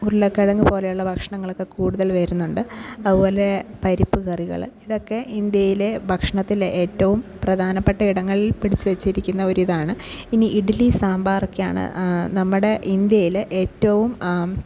ഉരുളക്കിഴങ്ങ് പോലെയുള്ള ഭക്ഷണങ്ങളൊക്കെ കൂടുതൽ വരുന്നുണ്ട് അതുപോലെ പരിപ്പ് കറികൾ ഇതൊക്കെ ഇന്ത്യയിലെ ഭക്ഷണത്തിലെ ഏറ്റവും പ്രധാനപ്പെട്ട ഇടങ്ങളിൽ പിടിച്ചുവച്ചിരിക്കുന്ന ഒരിതാണ് ഇനി ഇഡലി സാമ്പാറൊക്കെയാണ് നമ്മടെ ഇന്ത്യയിൽ ഏറ്റവും